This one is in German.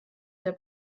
der